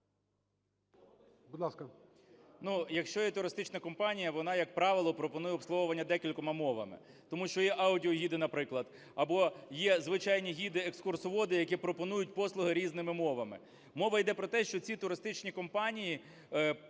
якщо є туристична компанія, вона, як правило, пропонує обслуговування декількома мовами. Тому що є аудіогіди, наприклад, або є звичайні гіди-екскурсоводи, які пропонують послуги різними мовами. Мова йде про те, що ці туристичні компанії